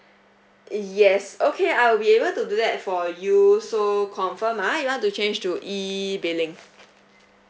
yes okay I'll be able to do that for you so confirm ah you want to change to E billing